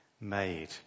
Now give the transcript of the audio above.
made